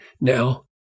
now